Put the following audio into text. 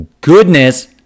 goodness